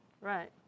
Right